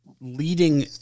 leading